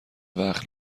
وقت